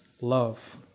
love